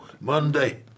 Monday